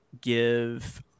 give